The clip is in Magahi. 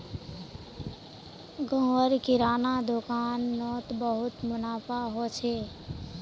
गांव र किराना दुकान नोत बहुत मुनाफा हो छे